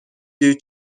due